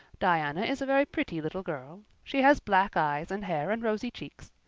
diana is a very pretty little girl. she has black eyes and hair and rosy cheeks.